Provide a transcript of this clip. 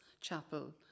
chapel